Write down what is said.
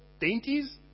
dainties